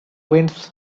winds